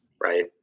Right